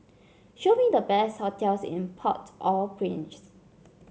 show me the best hotels in Port Au Prince